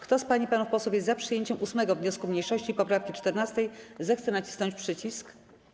Kto z pań i panów posłów jest za przyjęciem 8. wniosku mniejszości i poprawki 14., zechce nacisnąć przycisk.